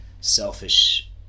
selfish